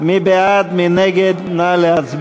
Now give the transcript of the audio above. הצעת סיעות בל"ד חד"ש רע"ם-תע"ל-מד"ע להביע